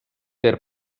der